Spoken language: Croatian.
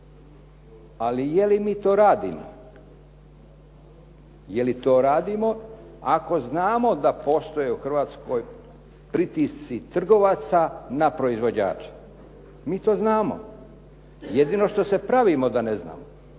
Ali je li mi to radimo? Je li to radimo ako znamo da postoje u Hrvatskoj pritisci trgovaca na proizvođača? Mi to znamo. Jedino što se pravimo da ne znamo.